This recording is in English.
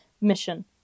mission